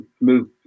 move